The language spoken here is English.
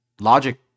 Logic